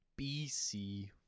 BC